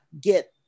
get